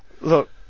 Look